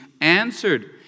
answered